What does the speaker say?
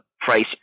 price